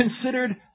considered